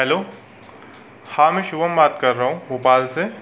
hello हाँ मैं शुभम बात कर रहा हूँ भोपाल से